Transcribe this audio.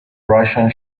russian